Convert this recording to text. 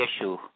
issue